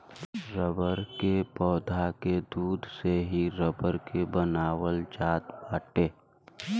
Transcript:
rubber के पौधा के दूध से ही रबर के बनावल जात बाटे